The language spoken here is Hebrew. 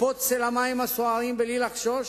לקפוץ למים הסוערים בלי לחשוש.